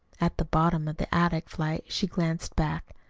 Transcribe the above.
at the bottom of the attic flight she glanced back.